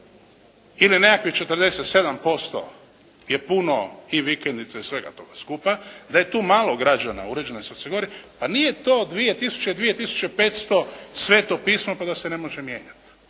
ili nekakvih 47% je puno i vikendice i svega toga skupa, da je tu malo građana … /Govornik se ne razumije./ … pa nije to 2 tisuće, 2 tisuće 500 sveto pismo pa da se ne može mijenjati.